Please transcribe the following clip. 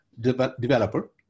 developer